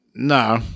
No